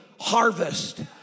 harvest